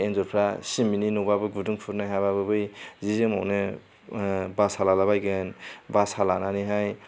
एन्जरफ्रा सिमिन्टनि न'बाबो गुदुं खुरनो हायाबाबो बै जि जोमावनो बासा लाला बायगोन बासा लानानैहाय